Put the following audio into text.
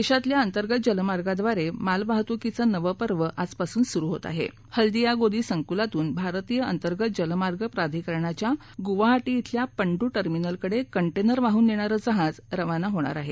देशातल्या अंतर्गत जलमार्गाद्वारे मालवाहतुकीचं नवं पर्व आजपासून सुरू होत आहे हल्दिया गोदी संकुलातून भारतीय अंतर्गत जलमार्ग प्राधिकरणाच्या गुवाहा ी इथल्या पंडू र्मिनलकडे कं िर वाहून नेणार जहाज रवाना होणार आहे